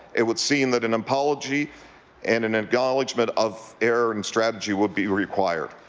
it would seem that an apology and and acknowledgement of error and strategy would be required.